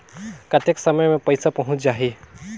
कतेक समय मे पइसा पहुंच जाही?